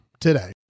today